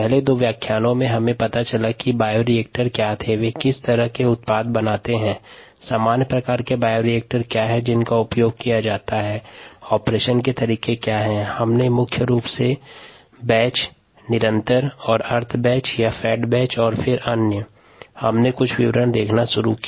पहले दो व्याख्यानों में हमें पता चला कि बायोरिएक्टर क्या थे वे किस तरह के उत्पाद बनाते हैं सामान्य प्रकार के बायोरिएक्टर क्या हैं जिनका उपयोग किया जाता है कार्यप्रणाली के तरीके क्या हैं मुख्य रूप से हमने बैच कंटीन्यूअस और सेमी बैच या फेड बैच और अन्य कार्यप्रणाली के विवरण देखना शुरू किया